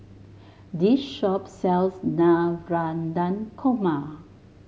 this shop sells Navratan Korma